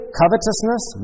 covetousness